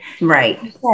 Right